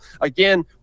again